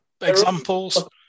examples